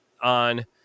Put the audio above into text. on